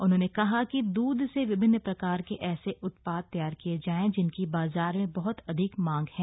उन्होंने कहा कि द्रध से विभिन्न प्रकार के ऐसे उत्पाद तैयार किये जाए जिनकी बाजार में बह्त अधिक मांग है